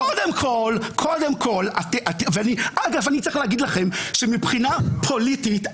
אגב, אני צריך להגיד לכם שמבחינה פוליטית,